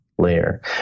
layer